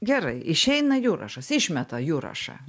gerai išeina jurašas išmeta jurašą